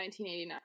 1989